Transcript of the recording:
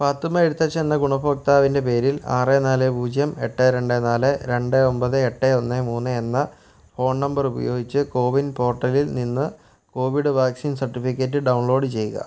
പാത്തുമ്മ എഴുത്തച്ഛൻ എന്ന ഗുണഭോക്താവിൻ്റെ പേരിൽ ആറ് നാല് പൂജ്യം എട്ട് രണ്ട് നാല് രണ്ട് ഒമ്പത് എട്ട് ഒന്ന് മൂന്ന് എന്ന ഫോൺ നമ്പർ ഉപയോഗിച്ച് കോവിൻ പോർട്ടലിൽ നിന്ന് കോവിഡ് വാക്സിൻ സർട്ടിഫിക്കറ്റ് ഡൗൺലോഡ് ചെയ്യുക